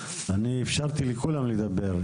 אני אפשרתי לכולם לדבר.